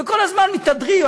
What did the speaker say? וכל הזמן מתהדרים,